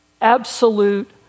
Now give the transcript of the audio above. absolute